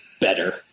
Better